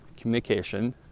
communication